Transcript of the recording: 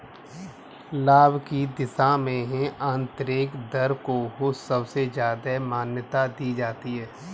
लाभ की दशा में आन्तरिक दर को सबसे ज्यादा मान्यता दी जाती है